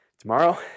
Tomorrow